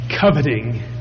coveting